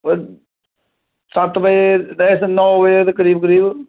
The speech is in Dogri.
कोई सत्त बजे ते नौ बजे दे करीब करीब